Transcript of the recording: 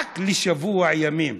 רק לשבוע ימים,